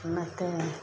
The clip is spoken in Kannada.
ಮತ್ತೆ